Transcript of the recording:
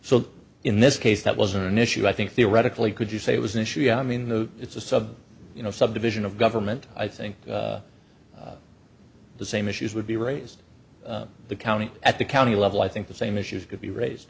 so in this case that was an issue i think theoretically could you say it was an issue i mean it's a you know subdivision of government i think the same issues would be raised in the county at the county level i think the same issues could be raised